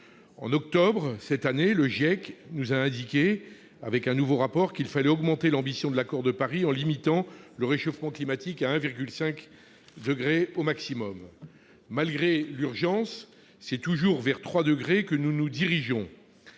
l'évolution du climat, a indiqué dans un nouveau rapport qu'il fallait augmenter l'ambition de l'Accord de Paris en limitant le réchauffement climatique à 1,5 degré au maximum. Malgré l'urgence, c'est toujours vers 3 degrés que nous nous dirigeons.